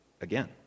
again